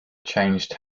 changed